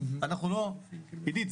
עידית,